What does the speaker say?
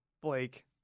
Blake